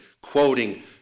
quoting